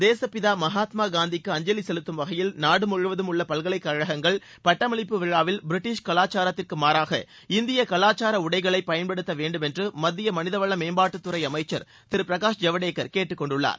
தேசுப்பிதா மகாத்மா காந்திக்கு அஞ்சலி செலுத்தும் வகையில் நாடு முழுவதும் உள்ள பல்கலைக்கழகங்கள் பட்டமளிப்பு விழாவில் பிரிட்டிஸ் கலாச்சாரத்திற்கு மாறாக இந்திய கலாச்சார உடைகளை பயன்படுத்த வேண்டும் என்று மத்திய மனிதவள மேம்பாட்டுத்துறை அமைச்சர் திரு பிரகாஷ் ஜவடேகர் கேட்டுக்கொண்டுள்ளார்